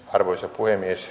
arvoisa puhemies